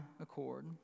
accord